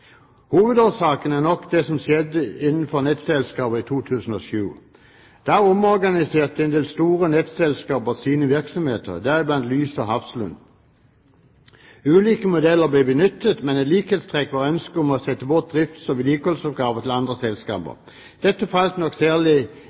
Hovedårsaken er nok det som skjedde innenfor nettselskaper i 2007. Da omorganiserte en del store nettselskaper, deriblant Lyse og Hafslund, sine virksomheter. Ulike modeller ble benyttet, men et likhetstrekk var ønsket om å sette bort drifts- og vedlikeholdsoppgaver til andre selskaper. Dette falt nok særlig